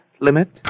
limit